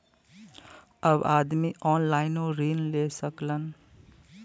अब आदमी ऑनलाइनों ऋण ले सकलन